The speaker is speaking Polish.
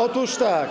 Otóż tak: